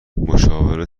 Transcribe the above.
مشاوره